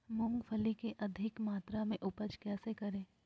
मूंगफली के अधिक मात्रा मे उपज कैसे करें?